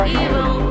evil